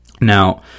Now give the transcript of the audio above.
Now